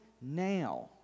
now